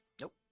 Nope